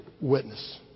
witness